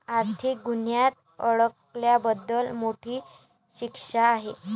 आर्थिक गुन्ह्यात अडकल्याबद्दल मोठी शिक्षा आहे